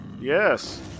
Yes